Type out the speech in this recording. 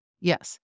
Yes